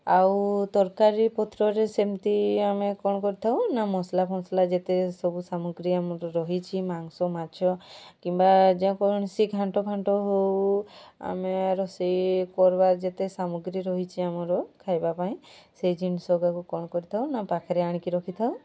ଆଉ ତରକାରୀ ପତ୍ରରେ ସେମିତି ଆମେ କ'ଣ କରିଥାଉ ନା ମସଲା ଫସଲା ଯେତେ ସବୁ ସାମଗ୍ରୀ ଆମର ରହିଛି ମାଂସ ମାଛ କିମ୍ବା ଯେକୌଣସି ଘାଣ୍ଟ ଫାଣ୍ଟ ହେଉ ଆମେ ରୋଷେଇ କରିବା ଯେତେ ସାମଗ୍ରୀ ରହିଛି ଆମର ଖାଇବା ପାଇଁ ସେହି ଜିନିଷଟାକୁ କ'ଣ କରିଥାଉ ନା ପାଖରେ ଆଣିକି ରଖିଥାଉ